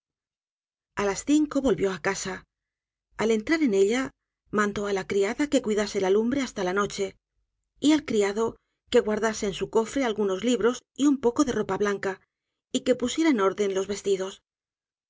llorando a las cinco volvió á casa al entrar en ella mandó á la criada que cuidase la lumbre hasta la noche y al criado que guardase en su cofre algunos libros y un poco de ropa blanca y que pusiera en orden los vestidos